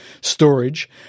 storage